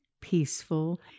peaceful